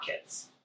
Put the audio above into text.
kids